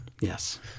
Yes